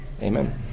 Amen